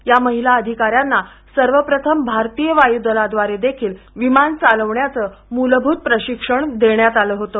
या महिला अधिकाऱ्यांना सर्वप्रथम भारतीय वायु दलाद्वारे देखील विमान चालवण्याचं मूलभूत प्रशिक्षण देण्यात आलं होतं